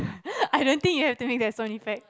I don't you have to have that sound effect